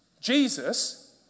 Jesus